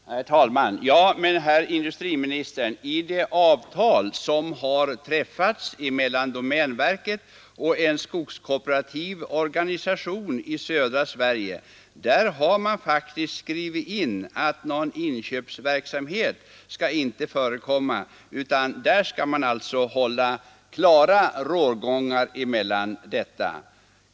Herr talman! Ja, men, herr industriminister, i det avtal som har träffats mellan domänverket och en skogskooperativ organisation i södra Sverige har faktiskt skrivits in att någon inköpsverksamhet inte skall förekomma. Där skall man alltså ha klara rågångar i dessa fall.